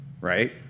right